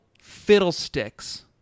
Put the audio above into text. fiddlesticks